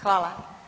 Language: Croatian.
Hvala.